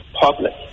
public